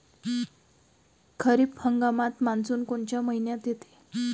खरीप हंगामात मान्सून कोनच्या मइन्यात येते?